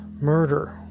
murder